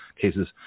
cases